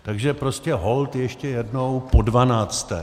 Takže prostě holt ještě jednou, podvanácté.